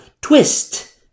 twist